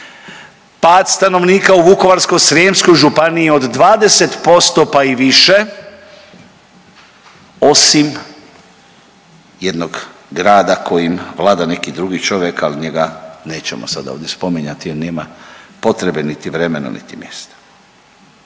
pad stanovnika u Vukovarsko-srijemskoj županiji od 20% pa i više osim jednog grada kojim vlada neki drugi čovjek ali njega nećemo sad ovdje spominjati, jer nema potrebe niti vremena niti mjesta.